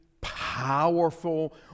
powerful